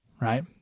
right